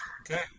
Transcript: Okay